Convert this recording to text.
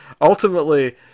ultimately